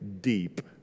deep